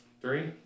Three